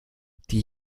die